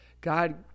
god